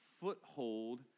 foothold